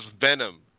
Venom